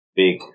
big